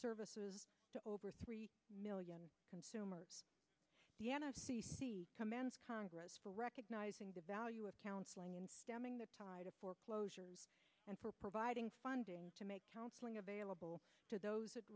services to over three million consumers the n s e c commands congress for recognizing the value of counseling and stemming the tide of foreclosures and for providing funding to make counseling available to those